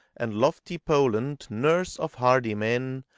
and lofty poland, nurse of hardy men,